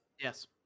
Yes